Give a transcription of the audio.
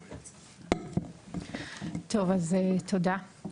טוב, אז תודה,